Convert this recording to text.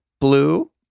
Blue